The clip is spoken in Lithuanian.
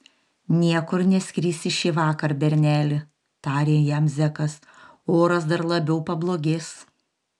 niekur neskrisi šįvakar berneli tarė jam zekas oras dar labiau pablogės